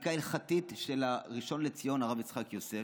פסיקה הלכתית של הראשון לציון הרב יצחק יוסף.